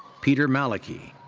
peter maleki.